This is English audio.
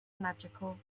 magical